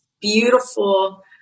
beautiful